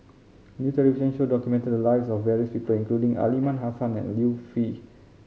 a new television show documented the lives of various people including Aliman Hassan and Liu Peihe